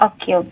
Okay